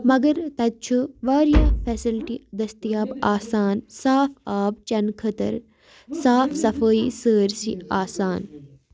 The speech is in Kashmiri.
مگر تَتہِ چھُ واریاہ فیسَلٹی دٔستیاب آسان صاف آب چٮ۪نہٕ خٲطٕر صاف صفٲیی سٲرسٕے آسان